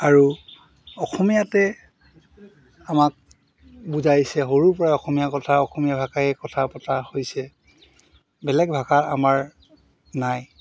আৰু অসমীয়াতে আমাক বুজাইছে সৰুৰপৰাই অসমীয়া কথা অসমীয়া ভাষাই কথা পতা হৈছে বেলেগ ভাষা আমাৰ নাই